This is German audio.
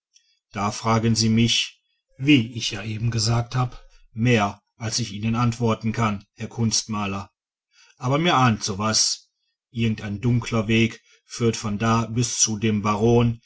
da fragen sie mich wie ich ja eben gesagt hab mehr als ich ihnen antworten kann herr kunstmaler aber mir ahnt so was irgendein dunkler weg führt von da bis zu dem baron